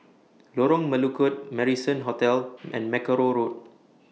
Lorong Melukut Marrison Hotel and Mackerrow Road